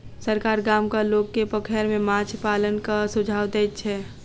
सरकार गामक लोक के पोखैर में माछ पालनक सुझाव दैत छै